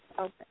Okay